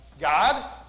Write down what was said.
God